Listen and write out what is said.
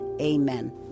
Amen